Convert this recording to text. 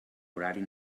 horari